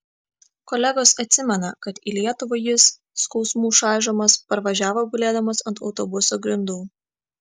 kolegos atsimena kad į lietuvą jis skausmų čaižomas parvažiavo gulėdamas ant autobuso grindų